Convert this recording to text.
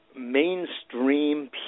mainstream